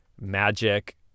magic